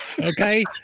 Okay